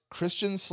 Christian